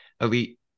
elite